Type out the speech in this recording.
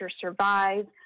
survive